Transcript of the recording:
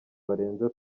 barenze